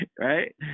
right